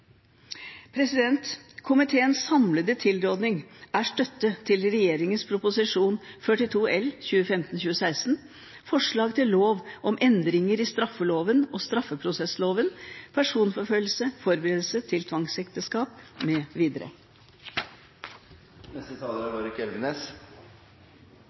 Komiteens samlede tilråding er støtte til regjeringens Prop. 42 L for 2015–2016 om forslag til lov om endringer i straffeloven og straffeprosessloven – personforfølgelse, forberedelse til tvangsekteskap mv. I dag blir personforfølgelse straffbart og kan straffes med